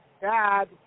Dad